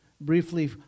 briefly